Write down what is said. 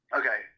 okay